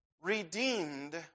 redeemed